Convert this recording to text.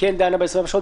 כן דנה ב-24 שעות,